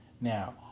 Now